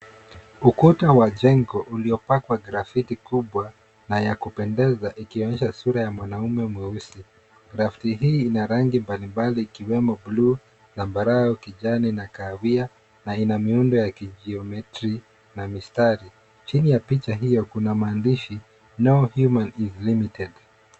Ukuta wa jengo uliopakwa grafiti kubwa na ya kupendeza ikionyesha sura ya mwanamume mweusi. Grafiti hii ina rangi mbalimbali ikiwemo bluu, zambarau, kijani na kahawia na ina miundo ya kijiometri na mistari. Chini ya picha hiyo kuna maandishi no human is limited .